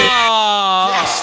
ah!